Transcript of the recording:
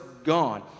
gone